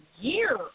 Year